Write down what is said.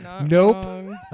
Nope